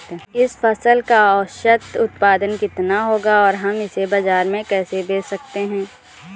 इस फसल का औसत उत्पादन कितना होगा और हम इसे बाजार में कैसे बेच सकते हैं?